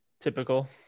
typical